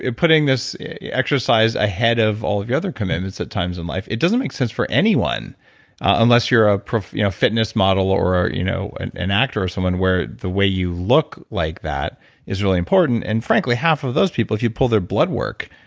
putting this exercise ahead of all of your other commitments at times in life, it doesn't make sense for anyone unless you're a pro fitness model or you know an an actor, or someone where the way you look like that is really important. and frankly, half of those people, if you pull their blood work,